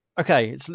okay